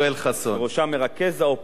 בראשם מרכז האופוזיציה,